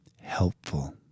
helpful